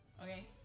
Okay